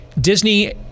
Disney